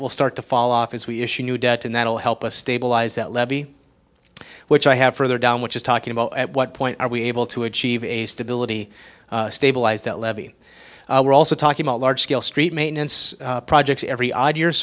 will start to fall off as we issue new debt and that'll help us stabilize that levy which i have further down which is talking about at what point are we able to achieve a stability stabilize that levee we're also talking about large scale street maintenance projects every odd year